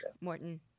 Morton